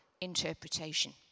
interpretation